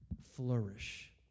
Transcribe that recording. flourish